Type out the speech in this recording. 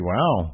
Wow